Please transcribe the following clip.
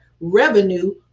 revenue